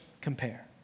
compare